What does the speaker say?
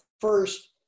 first